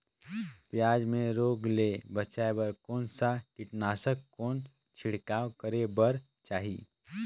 पियाज मे रोग ले बचाय बार कौन सा कीटनाशक कौन छिड़काव करे बर चाही?